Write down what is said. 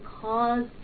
cause